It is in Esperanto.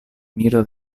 miro